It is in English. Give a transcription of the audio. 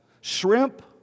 Shrimp